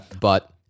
But-